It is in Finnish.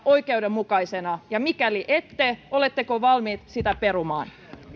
oikeudenmukaisena ja mikäli ette oletteko valmis sen perumaan